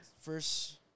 first